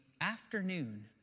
afternoon